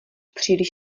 příliš